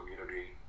community